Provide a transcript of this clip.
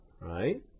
right